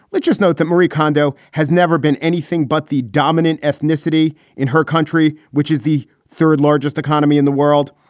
let's just note that marie kondo has never been anything but the dominant ethnicity in her country, which is the third largest economy in the world.